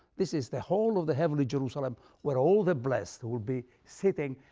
this is the whole of the heavenly jerusalem where all the blessed will be sitting,